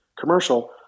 commercial